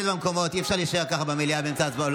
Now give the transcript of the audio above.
אי-אפשר להישאר ככה במליאה באמצע הצבעות.